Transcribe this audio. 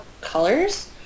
colors